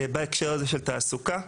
בהקשר הזה של תעסוקה.